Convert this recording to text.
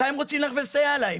מתי רוצים ללכת ולסייע להם?